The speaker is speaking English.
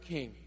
King